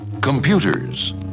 computers